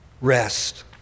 Rest